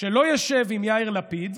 שלא ישב עם יאיר לפיד,